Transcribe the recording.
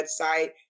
website